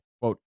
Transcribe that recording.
quote